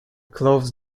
clothes